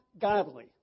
godly